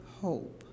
hope